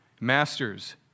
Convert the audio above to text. Masters